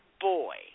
boy